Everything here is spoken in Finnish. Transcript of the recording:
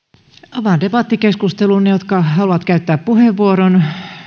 avaan debattikeskustelun ne jotka haluavat käyttää puheenvuoron